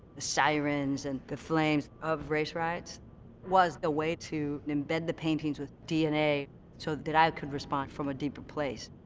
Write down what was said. sirens and the flames of race riots was a way to embed the paintings with dna so that i could respond from a deeper place.